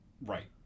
Right